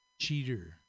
cheater